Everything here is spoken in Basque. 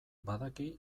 badaki